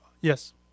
Yes